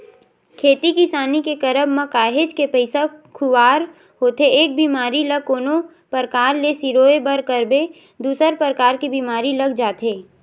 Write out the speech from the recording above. खेती किसानी के करब म काहेच के पइसा खुवार होथे एक बेमारी ल कोनो परकार ले सिरोय बर करबे दूसर परकार के बीमारी लग जाथे